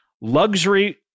luxury